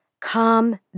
come